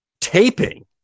taping